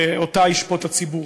שאותה ישפוט הציבור.